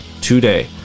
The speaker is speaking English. today